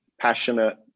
passionate